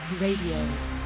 Radio